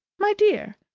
my dear!